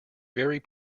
very